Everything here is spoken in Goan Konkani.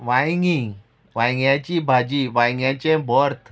वांयगीं वांयग्याची भाजी वांयग्याचें भर्थ